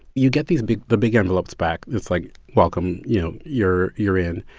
you get these big the big envelopes back. it's like, welcome, you know, you're you're in.